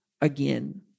again